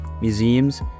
museums